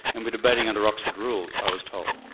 and we're debating under oxford rules, i was told.